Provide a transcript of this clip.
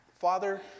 Father